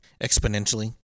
exponentially